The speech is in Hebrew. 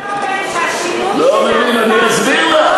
אתה יודע שהשינוי שנעשה, אני אסביר לך,